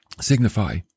signify